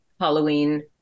Halloween